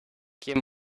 quien